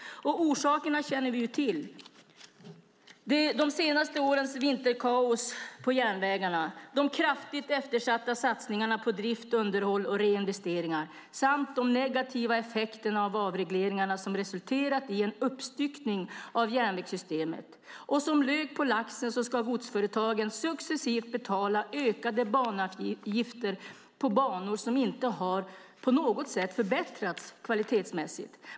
Och orsakerna känner vi ju alla till. Det handlar om de senaste årens vinterkaos på järnvägarna, de kraftigt eftersatta satsningarna på drift, underhåll och reinvesteringar samt de negativa effekterna av avregleringarna, som resulterat i en uppstyckning av järnvägssystemet. Som lök på laxen ska godsföretagen successivt betala ökade banavgifter på banor som inte på något sätt har förbättrats kvalitetsmässigt.